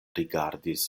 rigardis